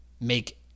make